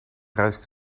reisde